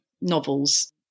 novels